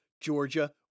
Georgia